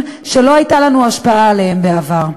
שלא הייתה לנו השפעה עליהם בעבר.